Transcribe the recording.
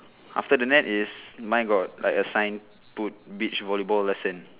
after the net is mine got like a sign put beach volleyball lesson